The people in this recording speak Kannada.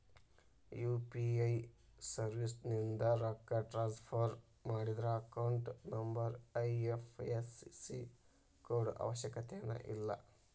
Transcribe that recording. ಯು.ಪಿ.ಐ ಸರ್ವಿಸ್ಯಿಂದ ರೊಕ್ಕ ಟ್ರಾನ್ಸ್ಫರ್ ಮಾಡಿದ್ರ ಅಕೌಂಟ್ ನಂಬರ್ ಐ.ಎಫ್.ಎಸ್.ಸಿ ಕೋಡ್ ಅವಶ್ಯಕತೆನ ಇಲ್ಲ